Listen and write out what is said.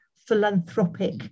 philanthropic